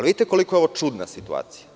Vidite koliko je ovo čudna situacija.